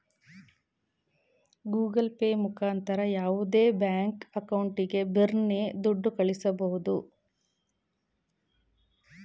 Google pay ಮುಖಾಂತರ ಯಾವುದೇ bank ಅಕೌಂಟಿಗೆ ಬಿರರ್ನೆ ದುಡ್ಡ ಕಳ್ಳಿಸ್ಬೋದು